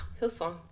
Hillsong